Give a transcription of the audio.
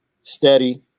steady